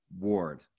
Ward